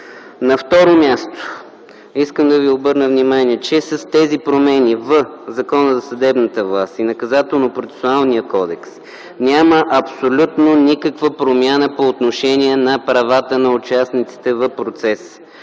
На второ място, искам да ви обърна внимание, че с тези промени в Закона за съдебната власт и на Наказателнопроцесуалния кодекс няма абсолютно никаква промяна по отношение на правата на участниците в процеса,